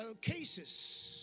cases